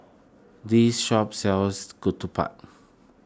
this shop sells Ketupat